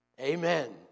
Amen